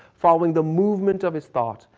following the movement of his thought,